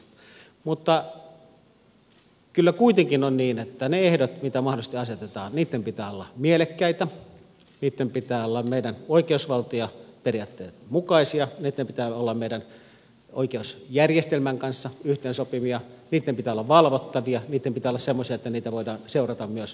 mutta kyllä kuitenkin on niin että niitten ehtojen mitä mahdollisesti asetetaan niitten pitää olla mielekkäitä niitten pitää olla meidän oikeusvaltioperiaatteen mukaisia niitten pitää olla meidän oikeusjärjestelmän kanssa yhteensopivia niitten pitää olla valvottavia niitten pitää olla semmoisia että niitä voidaan seurata myös jatkossa